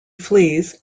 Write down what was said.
flees